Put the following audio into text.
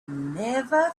never